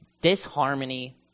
disharmony